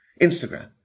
Instagram